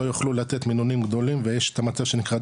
לא יוכלו לתת מינונים גדולים ויש את המצב שנקרא,